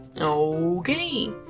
Okay